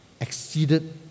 exceeded